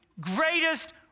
greatest